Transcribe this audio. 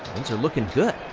things are looking good.